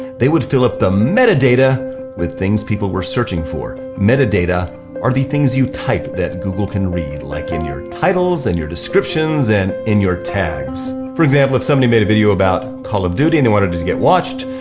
they would fill up the meta data with things people were searching for. meta data are the things you type that google can read. like in your titles and your descriptions and in your tags. for example, if somebody made a video about call of duty and they want it to to get watched,